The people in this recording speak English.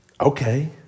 Okay